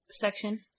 Section